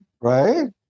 Right